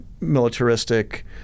militaristic